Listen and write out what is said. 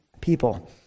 people